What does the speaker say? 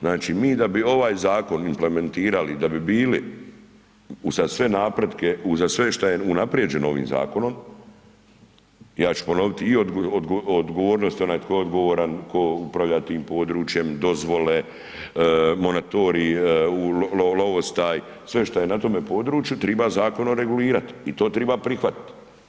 Znači, mi da bi ovaj zakon implementirali, da bi bili uza sve napretke, uza sve šta je unaprijeđeno ovim zakonom, ja ću ponoviti i odgovornost, onaj tko je odgovoran, tko upravlja tim područjem, dozvole, monatorij, lovostaj, sve šta je na tome području triba zakonom regulirat i to triba prihvatit.